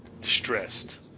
distressed